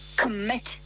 commit